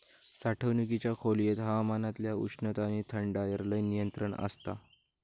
साठवणुकीच्या खोलयेत हवामानातल्या उष्णता आणि थंडायर लय नियंत्रण आसता